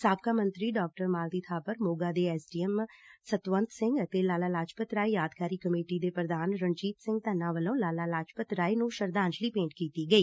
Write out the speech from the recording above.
ਸਾਬਕਾ ਮੰਤਰੀ ਡਾ ਮਾਲਤੀ ਬਾਪਰ ਮੋਗਾ ਦੇ S D M Satwant Singh ਅਤੇ ਲਾਲਾ ਲਾਜਪਤ ਰਾਏ ਯਾਂਦਗਾਰੀ ਕਮੇਟੀ ਦੇ ਪ੍ਰਧਾਨ ਰਣਜੀਤ ਸਿੰਘ ਧੰਨਾ ਵੱਲੋਂ ਲਾਲਾ ਲਾਜਪਤ ਰਾਏ ਨ੍ਨੰ ਸ਼ਰਧਾਂਜਲੀ ਭੇਟ ਕੀਤੀ ਗਈ